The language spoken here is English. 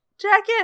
jacket